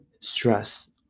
stress